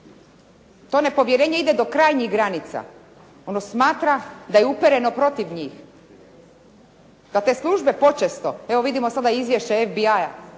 To nepovjerenje ide do krajnjih granica, ono smatra da je upereno protiv njih, da te službe počesto, evo vidimo sada i izvješće FBI-ja